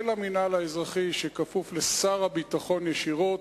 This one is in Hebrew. של המינהל האזרחי, שכפוף לשר הביטחון ישירות.